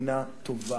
מספינה טובעת.